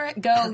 go